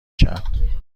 کرد